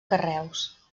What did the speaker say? carreus